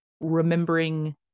remembering